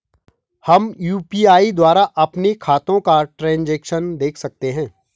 हम यु.पी.आई द्वारा अपने खातों का ट्रैन्ज़ैक्शन देख सकते हैं?